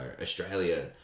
Australia